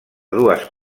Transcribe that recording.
dues